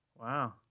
Wow